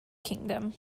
kingdom